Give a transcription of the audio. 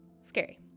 scary